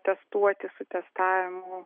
testuoti su testavimu